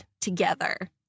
together